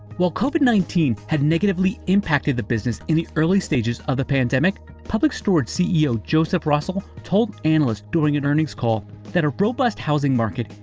while covid nineteen had negatively impacted the business in the early stages of the pandemic, public storage ceo joseph russell told analysts during an earnings call that a robust housing market,